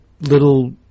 little